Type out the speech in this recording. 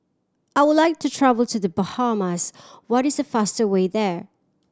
I would like to travel to The Bahamas what is the fastest way there